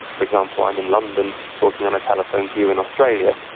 for example, i'm in london talking on a telephone to you in australia,